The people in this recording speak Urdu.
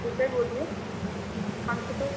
جی سر بولیے کون سے سر